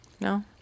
No